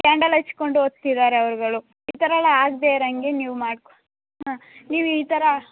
candle ಹಚ್ಕೊಂಡ್ ಓದ್ತಿದಾರೆ ಅವ್ರುಗಳು ಈ ಥರ ಎಲ್ಲ ಆಗ್ದಿರೋಂಗೆ ನೀವು ಮಾಡಿ ಕೋ ಹಾಂ ನೀವು ಈ ಥರ